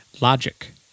Logic